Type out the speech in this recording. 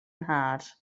nhad